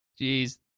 Jeez